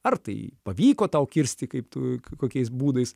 ar tai pavyko tau kirsti kaip tu kokiais būdais